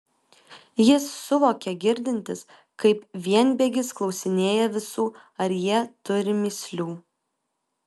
jis suvokė girdintis kaip vienbėgis klausinėja visų ar jie turi mįslių